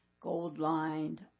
gold-lined